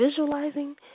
visualizing